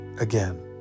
again